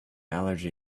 allergy